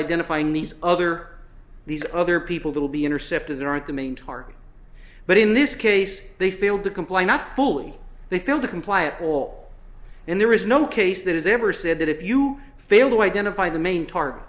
identifying these other these other people who will be intercepted there at the main target but in this case they failed to comply not full they failed to comply at all and there is no case that has ever said that if you fail to identify the main target